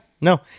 no